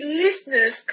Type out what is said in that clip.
listeners